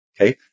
Okay